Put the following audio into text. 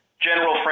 General